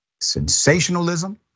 sensationalism